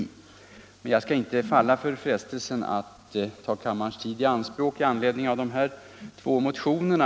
Jag skall inte falla för frestelsen att ta kammarens tid i anspråk med anledning av dessa två motioner.